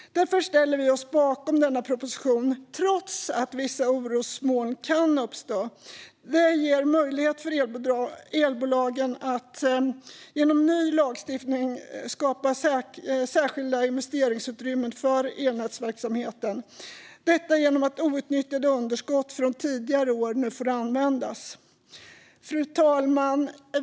Därför ställer vi oss bakom denna proposition, trots att vissa orosmoln kan uppstå. Detta ger möjlighet för elbolagen att genom ny lagstiftning skapa särskilt investeringsutrymme för elnätsverksamheten, detta genom att outnyttjade underskott från tidigare år nu får användas. Fru talman!